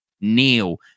Neil